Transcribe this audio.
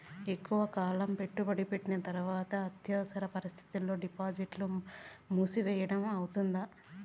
ఎక్కువగా కాలం పెట్టుబడి పెట్టిన తర్వాత అత్యవసర పరిస్థితుల్లో డిపాజిట్లు మూసివేయడం అవుతుందా?